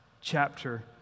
chapter